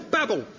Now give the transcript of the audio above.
Babble